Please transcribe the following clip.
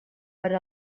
per